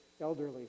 elderly